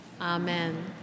Amen